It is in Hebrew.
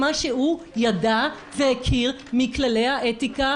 של חברי הכנסת לבין מה שיכול לקרוא לכל אחד מאתנו,